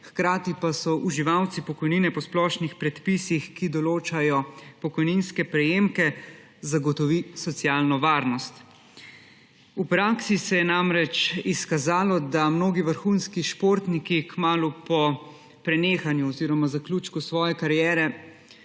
hkrati pa so uživalci pokojnine po splošnih predpisih, ki določajo pokojninske prejemke, zagotovi socialno varnost. V praksi se je namreč izkazalo, da mnogi vrhunski športniki kmalu po prenehanju oziroma zaključku svoje kariere